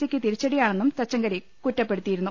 C യ്ക്ക് തിരിച്ചടിയാണെന്നും തച്ചങ്കരി കുറ്റപ്പെടു ത്തിയിരുന്നു